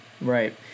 right